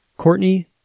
Courtney